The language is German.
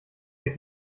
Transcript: der